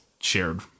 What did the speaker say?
shared